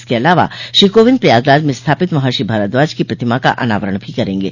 इसके अलावा श्री कोविंद प्रयागराज में स्थापित महर्षि भारद्वाज की प्रतिमा का अनावरण भी करेंगे